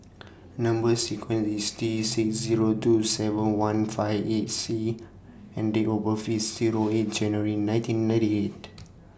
Number sequence IS T six Zero two seven one five eight C and Date of birth IS Zero eight January nineteen ninety eight